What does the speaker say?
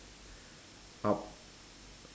up